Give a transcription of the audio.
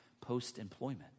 post-employment